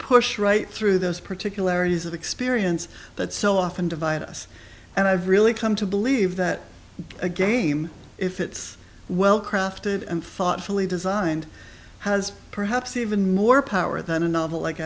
push right through those particularities of experience that so often divide us and i've really come to believe that a game if it's well crafted and thoughtfully designed has perhaps even more power than a novel like